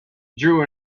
drew